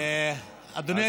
אדוני היושב-ראש,